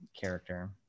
character